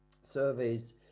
surveys